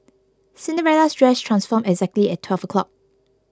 Cinderella's dress transformed exactly at twelve o'clock